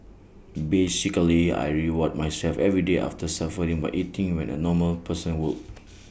basically I reward myself every day after suffering by eating what A normal person would